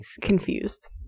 Confused